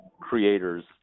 creator's